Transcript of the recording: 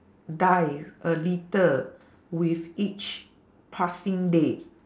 die a little with each passing day